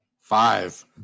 Five